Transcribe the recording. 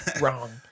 Wrong